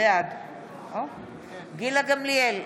בעד גילה גמליאל,